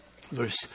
Verse